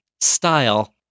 style